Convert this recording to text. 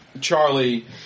Charlie